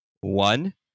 One